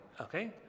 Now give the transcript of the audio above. Okay